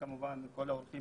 וכמובן כל האורחים